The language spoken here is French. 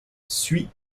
suit